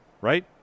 Right